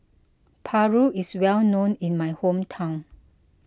Paru is well known in my hometown